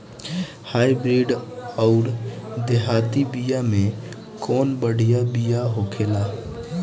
Hybrid अउर देहाती बिया मे कउन बढ़िया बिया होखेला?